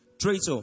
traitor